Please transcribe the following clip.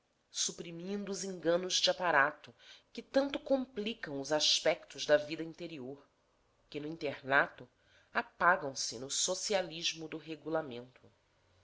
suprimindo os enganos de aparato que tanto complicam os aspectos da vida exterior que no internato apagam se no socialismo do regulamento